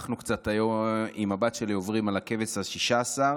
אנחנו היום עוברים עם הבת שלי על "הכבש השישה-עשר",